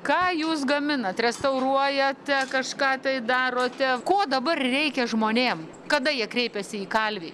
ką jūs gaminat restauruojate kažką tai darote ko dabar reikia žmonėm kada jie kreipiasi į kalvį